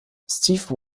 steve